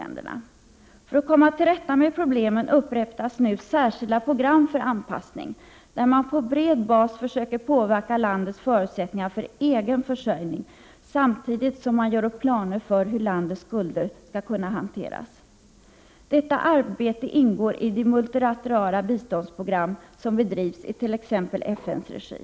1988/89:35 att komma till rätta med problemen, upprättas nu särskilda program för 30 november 1988 anpassning, där man på bred bas försöker påverka landets förutsättningar för RE Ke Upprättande av en noregen försörjning samtidigt som man gör upp planer för hur landets skulder disk utvecklingsfond skall kunna hanteras. Detta arbete ingår i de multilaterala biståndsprogram för kreditgivning till som bedrivs i t.ex. FN:s regi.